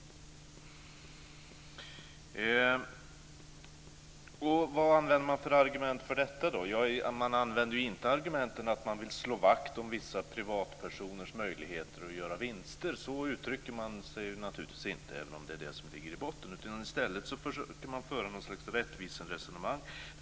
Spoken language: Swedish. Vad använder man då för argument för detta? Ja, man använder inte argumentet att man vill slå vakt om vissa privatpersoners möjligheter att göra vinster. Så uttrycker man sig naturligtvis inte, även om det är det som ligger i botten. I stället försöker man föra något slags rättviseresonemang.